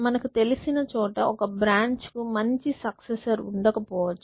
మనకు తెలిసిన చోట ఒక బ్రాంచ్ కు మంచి సక్సెసర్ ఉండకపోవచ్చు